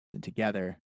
together